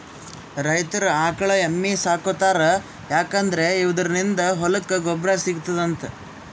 ರೈತರ್ ಆಕಳ್ ಎಮ್ಮಿ ಸಾಕೋತಾರ್ ಯಾಕಂದ್ರ ಇವದ್ರಿನ್ದ ಹೊಲಕ್ಕ್ ಗೊಬ್ಬರ್ ಸಿಗ್ತದಂತ್